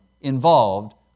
involved